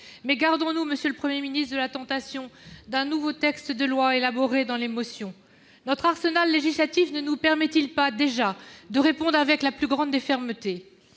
Mais gardons-nous, monsieur le Premier ministre, de la tentation d'un nouveau texte de loi élaboré dans l'émotion. Notre arsenal législatif ne nous permet-il pas, déjà, de répondre avec la plus grande des fermetés ?